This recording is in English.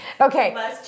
Okay